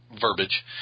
verbiage